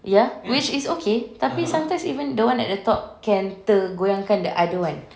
ya which is okay tapi sometimes even the one at the top can tergoyangkan yang the other one